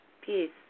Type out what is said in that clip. Peace